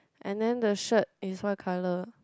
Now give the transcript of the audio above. and then the shirt is what colour